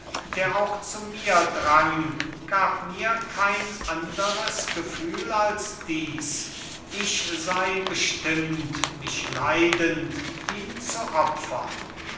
der auch zu mir drang gab mir kein anderes gefühl als dies ich sei bestimmt mich leidend ihm zu opfern